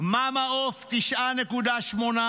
מאמא עוף, 9.8%,